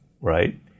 right